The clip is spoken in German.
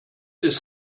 ist